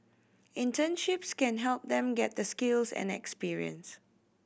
internships can help them get the skills and experience